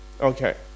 Okay